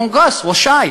הקונגרס רשאי